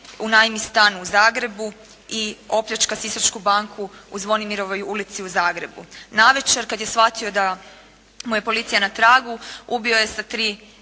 unajmi stan u Zagrebu i opljačka Sisačku banku u Zvonimirovoj ulici u Zagrebu. Na večer kada je shvatio da mu je policija na tragu, ubio je sa tri